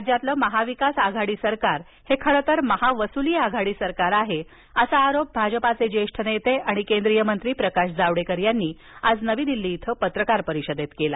राज्यातलं महाविकास आघाडी सरकार खरं तर महावसुली आघाडी सरकार आहे असा आरोप भाजपाचे ज्येष्ठ नेते आणि केंद्रीय मंत्री प्रकाश जावडेकर यांनी आज नवी दिल्ली इथं पत्रकार परिषदेत केला